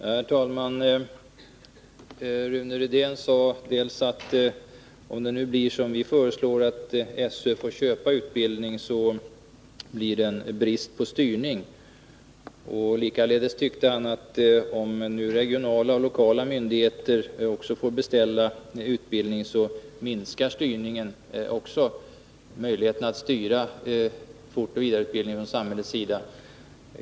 Herr talman! Rune Rydén sade att om det nu blir som vi föreslår — att SÖ får köpa utbildning — blir det brist på styrning. Likaledes tyckte Rune Rydén, att om nu regionala och lokala myndigheter också får beställa utbildning, minskar också möjligheterna att styra fortoch vidareutbildningen från samhällets sida.